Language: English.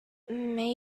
may